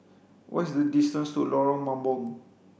what is the distance to Lorong Mambong